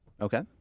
okay